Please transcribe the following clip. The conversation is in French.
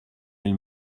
elle